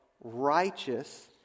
righteous